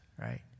right